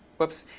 whoops.